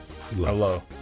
Hello